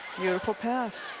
beautiful pass.